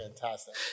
fantastic